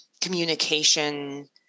communication